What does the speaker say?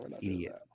Idiot